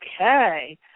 Okay